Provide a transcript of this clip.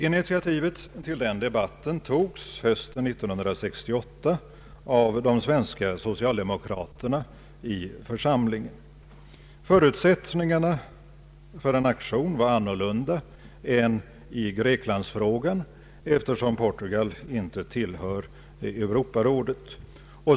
Initiativet till debatten togs hösten 1968 av de svenska socialdemokraterna i församlingen. Förutsättningarna för en aktion var andra än i Greklandsfrågan, eftersom Portugal inte tillhör Europarådet.